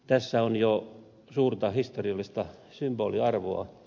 tässä on jo suurta historiallista symboliarvoa